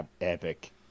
epic